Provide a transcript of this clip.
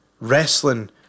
Wrestling